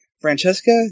Francesca